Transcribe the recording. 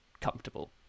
comfortable